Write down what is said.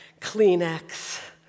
Kleenex